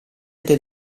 del